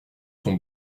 son